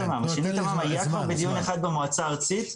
שינוי תמ"מ היה כבר בדיון אחד המועצה הארצית,